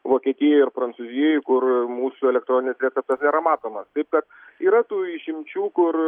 vokietijoj ar prancūzijoj kur mūsų elektroninis receptas nėra matomas kaip kad yra tų išimčių kur